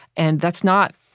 and that's not,